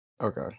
okay